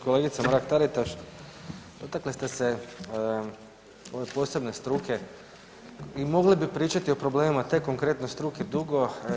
Kolegice Mrak-Taritaš dotakli ste se ove posebne struke i mogli bi pričati o problemima te konkretne struke dugo.